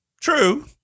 True